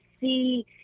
see